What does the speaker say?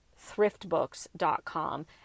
thriftbooks.com